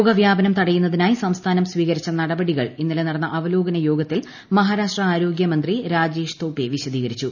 രോഗവ്യാപനം തടയുന്നതിനായി സംസ്ഥാനം സ്വീകരിച്ച നടപടികൾ ഇന്നലെ നടന്ന അവലോകന യോഗത്തിൽ മഹാരാഷ്ട്ര ആരോഗ്യമന്ത്രി രാജേഷ് തോപ്പെ വിശദീകരിച്ചു